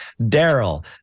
Daryl